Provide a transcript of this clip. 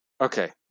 okay